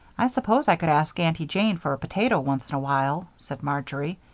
i suppose i could ask aunty jane for a potato once in a while, said marjory,